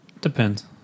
Depends